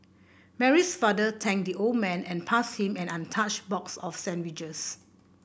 Mary's father thanked the old man and passed him an untouched box of sandwiches